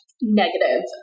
negative